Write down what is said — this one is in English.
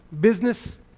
business